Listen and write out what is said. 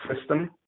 system